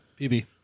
PB